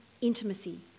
intimacy